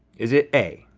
is it a